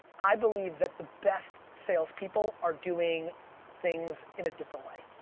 i believe that the best salespeople are doing things in a different way.